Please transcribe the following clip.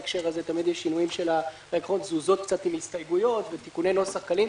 תמיד יש שינויים קלים לאחר ההסתייגויות ותיקוני נוסח קלים,